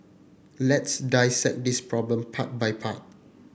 let's dissect this problem part by part